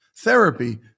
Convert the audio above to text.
Therapy